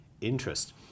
interest